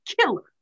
Killer